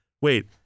wait